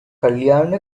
கல்யாண